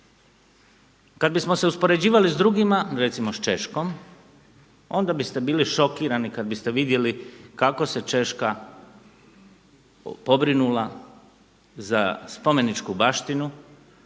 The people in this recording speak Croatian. Kada bismo se uspoređivali s drugima, recimo s Češkom, onda biste bili šokirani kada biste vidjeli kako se Češka pobrinula za spomeničku baštinu,